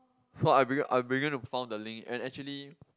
so I be I began to found the link and actually